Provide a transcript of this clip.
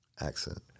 accent